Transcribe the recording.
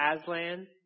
Aslan